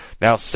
Now